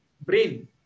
brain